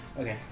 Okay